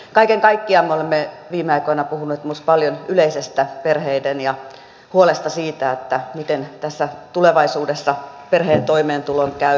kaiken kaikkiaan me olemme viime aikoina puhuneet paljon myös yleisestä perheiden huolesta siitä miten tulevaisuudessa perheen toimeentulon käy